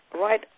right